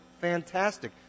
fantastic